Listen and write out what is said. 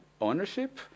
ownership